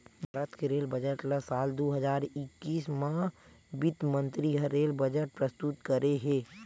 भारत के rail budget ल साल दू हजार एक्कीस म बित्त मंतरी ह रेल बजट प्रस्तुत करे हे